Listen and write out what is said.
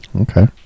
Okay